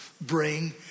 Bring